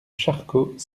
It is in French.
charcot